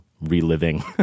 reliving